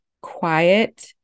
quiet